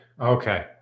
okay